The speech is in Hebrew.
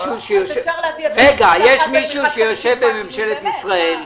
אז אפשר --- יש מישהו שיושב בממשלת ישראל,